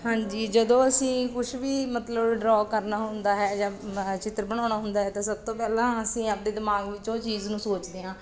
ਹਾਂਜੀ ਜਦੋਂ ਅਸੀਂ ਕੁਛ ਵੀ ਮਤਲਬ ਡਰੋਅ ਕਰਨਾ ਹੁੰਦਾ ਹੈ ਜਾਂ ਚਿੱਤਰ ਬਣਾਉਣਾ ਹੁੰਦਾ ਹੈ ਤਾਂ ਸਭ ਤੋਂ ਪਹਿਲਾਂ ਅਸੀਂ ਆਪਣੇ ਦਿਮਾਗ ਵਿੱਚ ਉਹ ਚੀਜ਼ ਨੂੰ ਸੋਚਦੇ ਹਾਂ